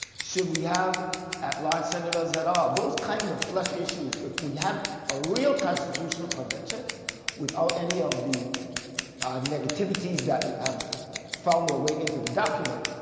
should we have at-large senators at all? those kind of issues if we had a real constitutional convention without any of the negativity that and have found their way into the document,